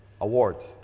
awards